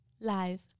Live